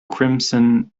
crimson